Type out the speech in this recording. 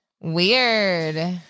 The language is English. Weird